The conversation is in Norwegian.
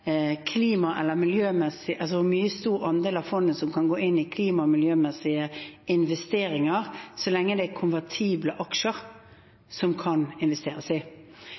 stor andel av fondet som kan gå inn i klima- og miljømessige investeringer, så lenge det er konvertible aksjer som kan investeres i.